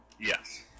Yes